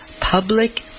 public